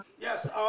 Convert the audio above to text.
Yes